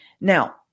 Now